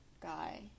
guy